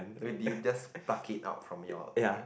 what did you just pluck it out from your head